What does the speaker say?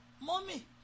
Mommy